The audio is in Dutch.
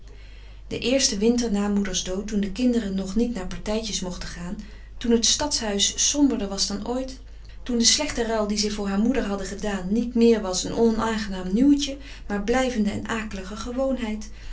de eerste winter na moeders dood toen de kinderen nog niet naar partijtjes mochten gaan toen het stadshuis somberder was dan ooit toen de slechte ruil die zij voor haar moeder hadden gedaan niet meer was een onaangenaam nieuwtje maar blijvende en akelige gewoonheid